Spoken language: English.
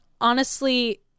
honestly-